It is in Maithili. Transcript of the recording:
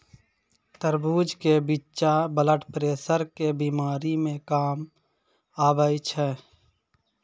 तरबूज के बिच्चा ब्लड प्रेशर के बीमारी मे काम आवै छै